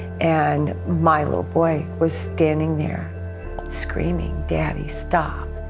and my little boy was standing there screaming, daddy, stop!